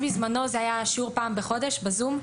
בזמנו זה היה שיעור פעם בחודש בזום: